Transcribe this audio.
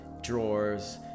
drawers